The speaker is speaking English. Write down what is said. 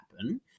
happen